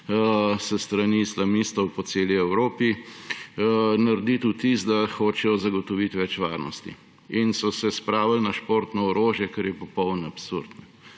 s strani islamistov po celi Evropi, narediti vtis, da hočejo zagotoviti več varnosti. In so se spravil na športno orožje, kar je popoln absurd.